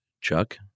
Chuck